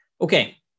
Okay